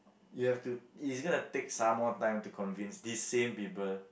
you have to it's going to take some more time to convince these same people